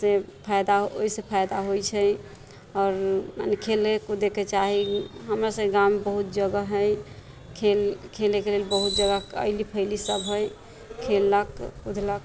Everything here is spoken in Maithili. से फाइदा ओहिसँ फाइदा होइ छै आओर मने खेलै कूदैके चाही हमरासबके गाममे बहुत जगह हइ खेल खेलैके लेल बहुत जगह ऐली फैली सब हइ खेललक कुदलक